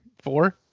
Four